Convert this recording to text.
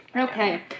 Okay